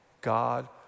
God